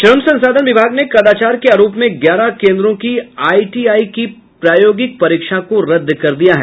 श्रम संसाधन विभाग ने कदाचार के आरोप में ग्यारह केन्द्रों की आईटीआई की प्रायोगिक परीक्षा को रद्द कर दिया है